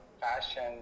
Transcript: fashion